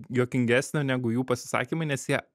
juokingesnio negu jų pasisakymai nes jie